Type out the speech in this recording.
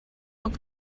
tuk